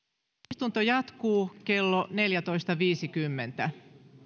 istunto jatkuu kello neljätoista viisikymmentä